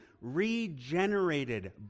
regenerated